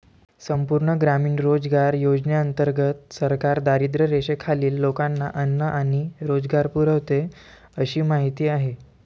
संपूर्ण ग्रामीण रोजगार योजनेंतर्गत सरकार दारिद्र्यरेषेखालील लोकांना अन्न आणि रोजगार पुरवते अशी माहिती आहे